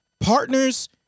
Partners